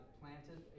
planted